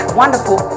wonderful